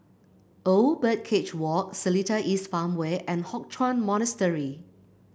Old Birdcage Walk Seletar East Farmway and Hock Chuan Monastery